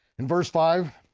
in verse five,